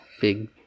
big